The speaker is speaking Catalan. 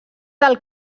del